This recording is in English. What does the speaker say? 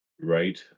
Right